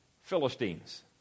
Philistines